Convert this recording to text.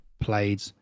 played